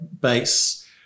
base